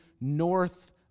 north